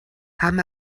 haben